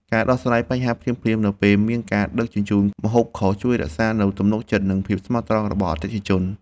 ការដោះស្រាយបញ្ហាភ្លាមៗនៅពេលមានការដឹកជញ្ជូនម្ហូបខុស ជួយរក្សានូវទំនុកចិត្តនិងភាពស្មោះត្រង់របស់អតិថិជន។